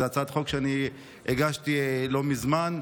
זו הצעת החוק שאני הגשתי לא מזמן,